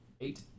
Eight